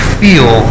feel